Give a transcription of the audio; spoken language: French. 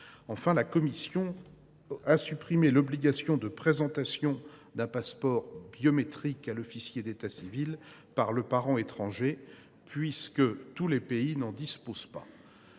Enfin, la commission a supprimé l’obligation de présentation d’un passeport biométrique à l’officier d’état civil par le parent étranger, car tous les pays n’en disposent pas.